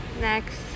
Next